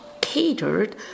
catered